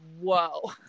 Whoa